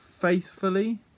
faithfully